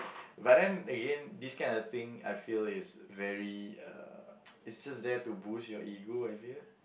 but then again this kind of thing I feel is very uh it's just there to boost your ego I feel